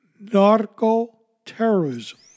narco-terrorism